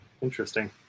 Interesting